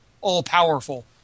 all-powerful